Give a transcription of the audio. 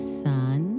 sun